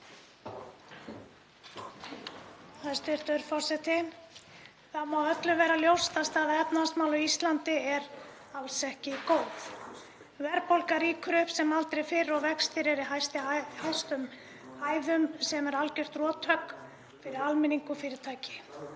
Hæstv. forseti. Það má öllum vera ljóst að staða efnahagsmála á Íslandi er alls ekki góð. Verðbólga rýkur upp sem aldrei fyrr og vextir eru í hæstu hæðum sem er algjört rothögg fyrir almenning og fyrirtæki.